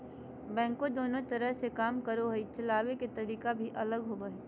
backhoe दोनों तरह से काम करो हइ, चलाबे के तरीका भी अलग होबो हइ